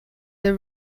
the